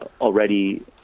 already